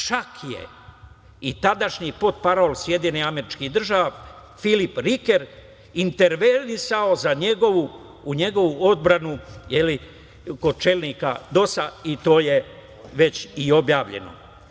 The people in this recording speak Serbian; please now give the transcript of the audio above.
Čak je i tadašnji portparol SAD, Filip Riker, intervenisao u njegovu odbranu kod čelnika DOS-a i to je već i objavljeno.